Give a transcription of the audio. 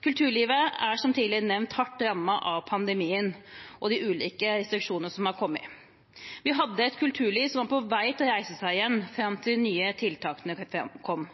Kulturlivet er, som tidligere nevnt, hardt rammet av pandemien og de ulike restriksjonene som har kommet. Vi hadde et kulturliv som var på vei til å reise seg igjen da de nye tiltakene kom.